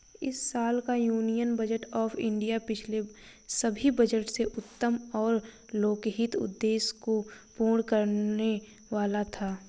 इस साल का यूनियन बजट ऑफ़ इंडिया पिछले सभी बजट से उत्तम और लोकहित उद्देश्य को पूर्ण करने वाला था